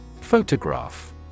Photograph